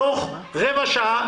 תוך 15 דקות,